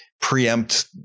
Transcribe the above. preempt